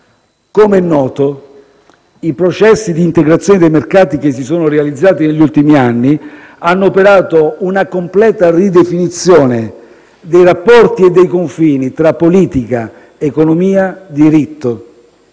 Com'è noto, i processi di integrazione dei mercati che si sono realizzati negli ultimi anni hanno operato una completa ridefinizione dei rapporti e dei confini tra politica, economia, diritto.